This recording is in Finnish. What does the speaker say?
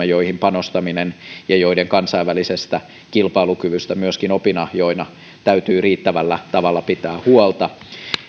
joihin panostamisesta ja joiden kansainvälisestä kilpailukyvystä myöskin opinahjoina täytyy riittävällä tavalla pitää huolta